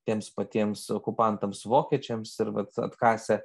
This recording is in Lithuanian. tiems patiems okupantams vokiečiams ir vat atkasę